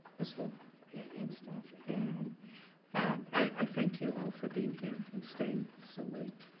as well and staff and i thank you all for being here and staying so late.